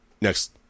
next